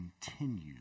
continue